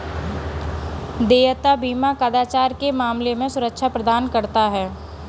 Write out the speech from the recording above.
देयता बीमा कदाचार के मामले में सुरक्षा प्रदान करता है